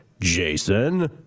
Jason